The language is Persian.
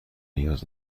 نیاز